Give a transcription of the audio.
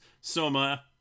Soma